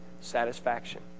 satisfaction